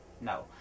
no